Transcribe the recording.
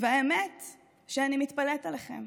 והאמת היא שאני מתפלאת עליכם,